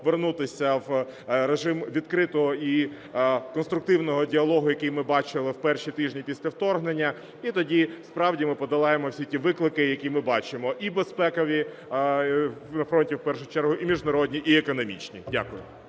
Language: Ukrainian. повернутися в режим відкритого і конструктивного діалогу, який ми бачили в перші тижні після вторгнення, і тоді справді ми подолаємо всі ті виклики, які ми бачимо, і безпекові на фронті в першу чергу, і міжнародні, і економічні. Дякую.